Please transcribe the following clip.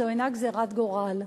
זו אינה גזירת גורל,